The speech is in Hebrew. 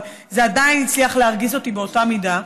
אבל זה עדיין הצליח להרגיז אותי באותה מידה,